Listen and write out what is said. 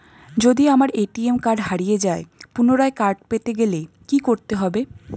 যদি আমার ATM card হারিয়ে যায় পুনরায় কার্ড পেতে গেলে কি করতে হবে?